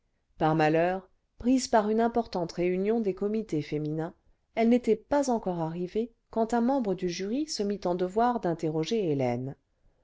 par malheur prise par une importante réunion des comités féminins elle n'était pas encore arrivée quand un membre du jury se mit en devoir d'interroger hélène